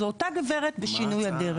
זה אותה גברת בשינוי אדרת.